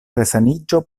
resaniĝo